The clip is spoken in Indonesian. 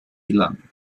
hilang